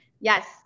Yes